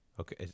Okay